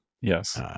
Yes